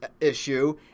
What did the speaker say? issue